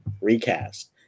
recast